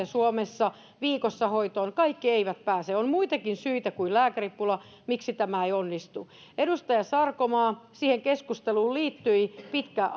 suomessa viikossa hoitoon kaikki eivät pääse on muitakin syitä kuin lääkäripula miksi tämä ei onnistu edustaja sarkomaa siihen keskusteluun liittyi pitkä